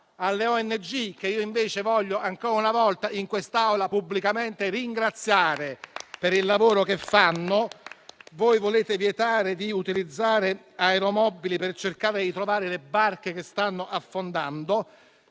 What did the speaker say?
Alle ONG, che io invece voglio ancora una volta in quest'Aula pubblicamente ringraziare per il lavoro che fanno, voi volete vietare di utilizzare aeromobili per cercare di trovare le barche che stanno affondando.